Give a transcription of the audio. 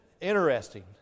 interesting